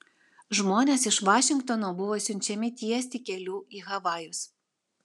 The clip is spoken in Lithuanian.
žmonės iš vašingtono buvo siunčiami tiesti kelių į havajus